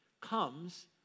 comes